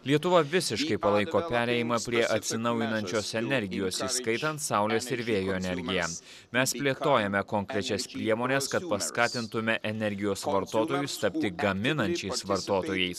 lietuva visiškai palaiko perėjimą prie atsinaujinančios energijos įskaitant saulės ir vėjo energiją mes plėtojame konkrečias priemones kad paskatintume energijos vartotojus tapti gaminančiais vartotojais